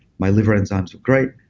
my liver enzymes are great.